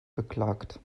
beklagt